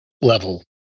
level